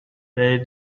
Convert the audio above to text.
they